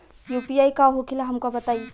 UPI का होखेला हमका बताई?